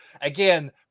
again